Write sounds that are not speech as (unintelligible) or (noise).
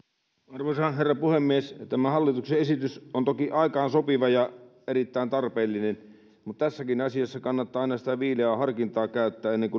arvoisa herra puhemies tämä hallituksen esitys on toki aikaan sopiva ja erittäin tarpeellinen mutta tässäkin asiassa kannattaa aina sitä viileää harkintaa käyttää ennen (unintelligible)